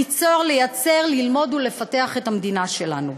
ליצור, לייצר, ללמוד ולפתח את המדינה שלנו.